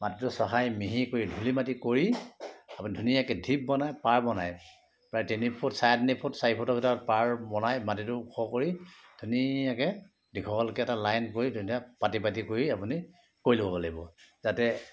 মাটিটো চহাই মিহি কৰি ধূলি মাটি কৰি আপুনি ধুনীয়াকৈ ধিপ বনাই পাৰ বনাই প্ৰায় তিনিফুট চাৰে তিনিফুট চাৰিফুটৰ ভিতৰত পাৰ বনাই মাটিটো ওখ কৰি ধুনীয়াকৈ দীঘলকৈ এটা লাইন কৰি ধুনীয়াকৈ পাতি পাতি কৰি আপুনি কৰি ল'ব লাগিব যাতে